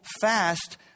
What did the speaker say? fast